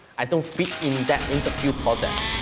i don't fit into that interview process,